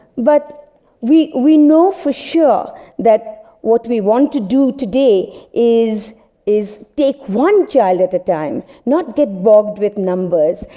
but we we know for sure that what we want to do today is is take one child at a time, not get bogged with numbers,